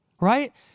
Right